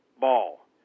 ball